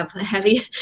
heavy